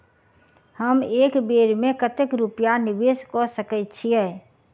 हम एक बेर मे कतेक रूपया निवेश कऽ सकैत छीयै?